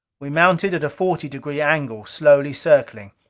we mounted at a forty degree angle, slowly circling,